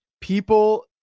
People